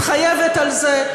מתחייבת על זה.